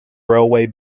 railway